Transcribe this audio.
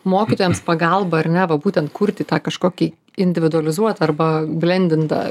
mokytojams pagalba ar ne va būtent kurti tą kažkokį individualizuotą arba blendintą